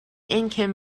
income